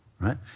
right